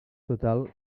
total